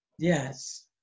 yes